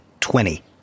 Twenty